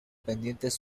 pendientes